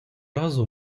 разу